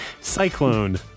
Cyclone